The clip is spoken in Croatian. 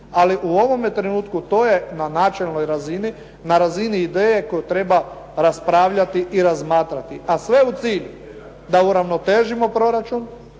Ali u ovome trenutku to je na načelnoj razini na razini ideje koju treba raspravljati i razmatrati, a sve u cilju da uravnotežimo proračun,